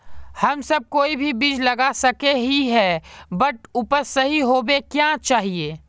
हम सब कोई भी बीज लगा सके ही है बट उपज सही होबे क्याँ चाहिए?